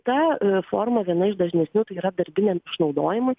kita forma viena iš dažnesnių tai yra darbinė išnaudojimas